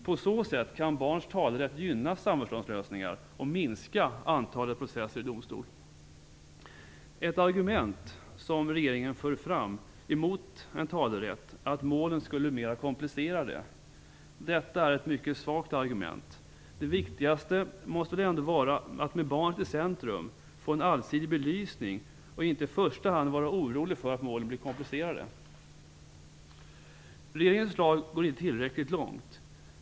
På så sätt kan barns talerätt gynna samförståndslösningar och minska antalet processer i domstol. Ett argument som regeringen för fram mot en talerätt är att målen skulle bli mer komplicerade. Detta är ett mycket svagt argument. Det viktigaste måste väl ändå vara att med barnet i centrum få en allsidig belysning, och inte i första hand att vara orolig för att målen blir komplicerade. Regeringens förslag går inte tillräckligt långt.